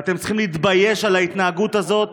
ואתם צריכים להתבייש על ההתנהגות הזאת